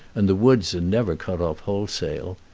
and the woods are never cut off wholesale.